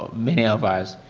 many of us.